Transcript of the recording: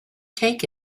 take